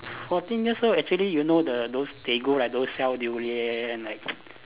fourteen years old actually you know the those they go like those sell durians like